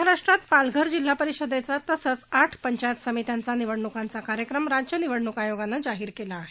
महाराष्ट्रात पालघर जिल्हा परिषदेचा तसंच आठ पंचायत समित्यांचा निवडणुकांचा कार्यक्रम राज्य निवडणूक आयोगानं जाहीर केला आहे